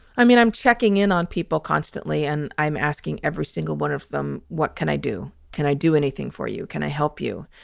i mean, i'm checking in on people constantly and i'm asking every single one of them, what can i do? can i do anything for you? can i help you?